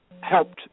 Helped